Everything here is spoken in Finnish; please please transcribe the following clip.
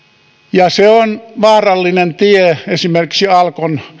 se on vaarallinen tie esimerkiksi alkon